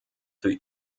für